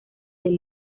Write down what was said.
del